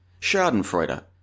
Schadenfreude